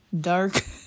dark